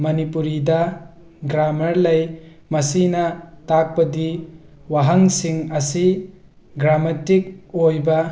ꯃꯅꯤꯄꯨꯔꯤꯗ ꯒ꯭ꯔꯥꯃꯔ ꯂꯩ ꯃꯁꯤꯅ ꯇꯥꯛꯄꯗꯤ ꯋꯥꯍꯪꯁꯤꯡ ꯑꯁꯤ ꯒ꯭ꯔꯥꯃꯇꯤꯛ ꯑꯣꯏꯕ